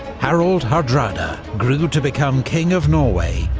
harold hardrada grew to become king of norway,